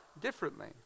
differently